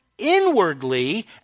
inwardly